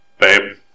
babe